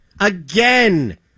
again